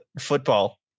football